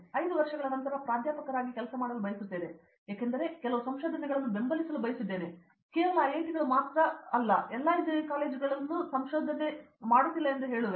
5 ವರ್ಷಗಳ ನಂತರ ಪ್ರಾಧ್ಯಾಪಕರಾಗಿ ಕೆಲಸ ಮಾಡಲು ನಾನು ಬಯಸುತ್ತೇನೆ ಏಕೆಂದರೆ ನಾನು ಕೆಲವು ಸಂಶೋಧನೆಗಳನ್ನು ಬೆಂಬಲಿಸಲು ಬಯಸಿದ್ದೇನೆ ನಾನು ಕೇವಲ ಐಐಟಿಗಳು ಮಾತ್ರ ಎಲ್ಲಾ ಎಂಜಿನಿಯರಿಂಗ್ ಕಾಲೇಜುಗಳನ್ನು ಸಂಶೋಧನೆ ಮಾಡುತ್ತಿಲ್ಲ ಎಂದು ಹೇಳುವೆ